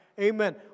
Amen